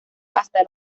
hasta